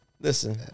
Listen